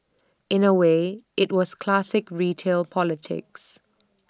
in A way IT was classic retail politics